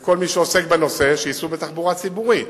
ושל כל מי שעוסק בנושא, שייסעו בתחבורה ציבורית.